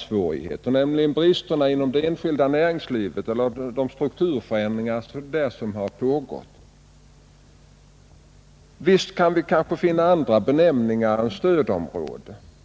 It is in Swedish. svårigheterna i sammanhanget, nämligen bristerna inom det enskilda näringslivet och de strukturförändringar som har pågått där. Visst kan vi väl finna andra benämningar än ”stödområde”.